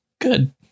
good